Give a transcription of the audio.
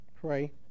pray